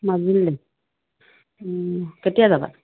মাজুলীলৈ কেতিয়া যাবা